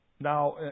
Now